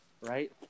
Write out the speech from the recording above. right